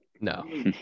no